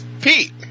Pete